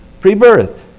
Pre-birth